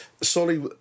Solly